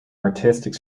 artistic